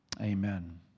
Amen